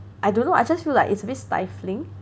I don't know I just feel like it's a bit stifling